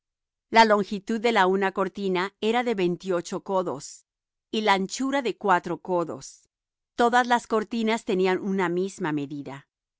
la longitud de la una cortina de veintiocho codos y la anchura de la misma cortina de cuatro codos todas las cortinas tendrán una medida